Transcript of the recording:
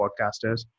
podcasters